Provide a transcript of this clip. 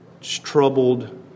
troubled